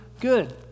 good